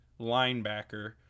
linebacker